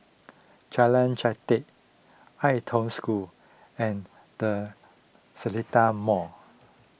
Jalan Jati Ai Tong School and the Seletar Mall